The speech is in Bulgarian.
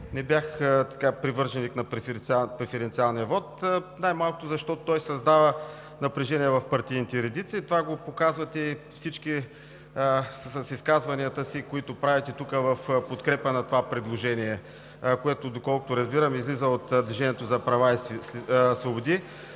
не бях привърженик на преференциалния вот най-малкото защото той създава напрежение в партийните редици. Това го показват и всички с изказванията си, които правите тук, в подкрепа на това предложение, което, доколкото разбирам, излиза от „Движението за права и свободи“.